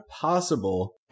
possible